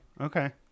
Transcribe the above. okay